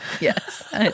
yes